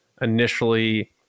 initially